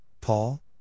Paul